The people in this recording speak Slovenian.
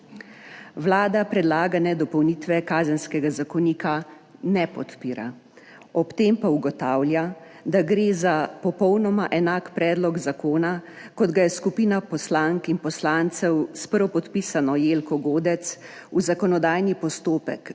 Vlada predlagane dopolnitve Kazenskega zakonika ne podpira, ob tem pa ugotavlja, da gre za popolnoma enak predlog zakona, kot ga je skupina poslank in poslancev s prvopodpisano Jelko Godec v zakonodajni postopek